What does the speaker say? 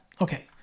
Okay